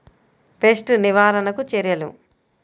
Pest నివారణకు చర్యలు?